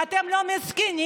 ואתם לא מסכנים,